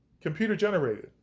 computer-generated